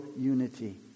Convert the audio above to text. unity